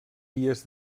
vies